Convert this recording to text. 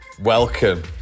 Welcome